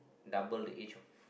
double the age of